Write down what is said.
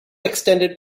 extended